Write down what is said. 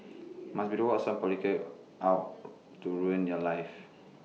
must be the work of some out to ruin your life